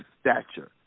stature